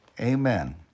Amen